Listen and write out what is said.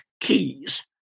keys